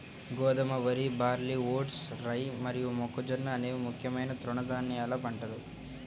గోధుమ, వరి, barley, oats, rye మరియు మొక్కజొన్న అనేవి ముఖ్యమైన తృణధాన్యాల పంటలు